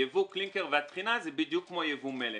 יבוא קלינקר והטחינה זה בדיוק כמו יבוא מלט.